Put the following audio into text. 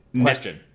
question